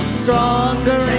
stronger